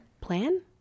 Plan